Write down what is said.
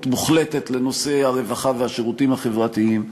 מוחלטת לנושא הרווחה והשירותים החברתיים,